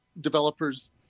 developers